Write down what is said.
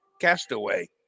Castaway